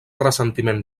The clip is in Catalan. ressentiment